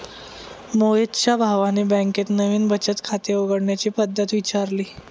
मोहितच्या भावाने बँकेत नवीन बचत खाते उघडण्याची पद्धत विचारली